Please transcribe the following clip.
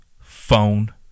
phone